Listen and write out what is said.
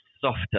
softer